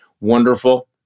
Wonderful